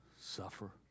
suffer